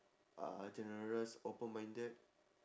uh generous open-minded